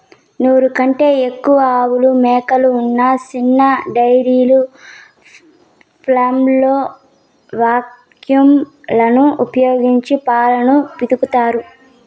నూరు కంటే ఎక్కువ ఆవులు, మేకలు ఉన్న చిన్న డెయిరీ ఫామ్లలో వాక్యూమ్ లను ఉపయోగించి పాలను పితుకుతారు